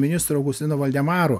ministru augustinu voldemaru